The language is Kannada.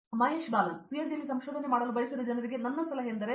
ಹೌದು ಮಹೇಶ್ ಬಾಲನ್ ಆದ್ದರಿಂದ ಪಿಎಚ್ಡಿನಲ್ಲಿ ಸಂಶೋಧನೆ ಮಾಡಲು ಬಯಸಿದ ಜನರಿಗೆ ನನ್ನ ಸಲಹೆ ಎಂದರೆ ಎಂ